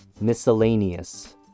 miscellaneous